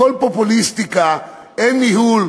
הכול פופוליסטיקה, אין ניהול.